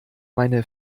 meine